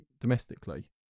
domestically